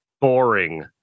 boring